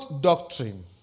doctrine